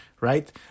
right